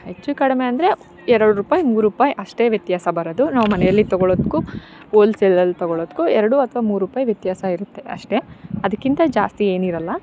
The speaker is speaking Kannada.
ಹೆಚ್ಚು ಕಡಿಮೆ ಅಂದರೆ ಎರಡು ರೂಪಾಯಿ ಮೂರು ರೂಪಾಯಿ ಅಷ್ಟೇ ವ್ಯತ್ಯಾಸ ಬರೋದು ನಾವು ಮನೇಲಿ ತಗೋಳೋದಕ್ಕೂ ಓಲ್ಸೇಲಲ್ಲಿ ತಗೋಳೋದಕ್ಕೂ ಎರಡು ಅಥವಾ ಮೂರು ರೂಪಾಯಿ ವ್ಯತ್ಯಾಸ ಇರುತ್ತೆ ಅಷ್ಟೇ ಅದಕ್ಕಿಂತ ಜಾಸ್ತಿ ಏನಿರೋಲ್ಲ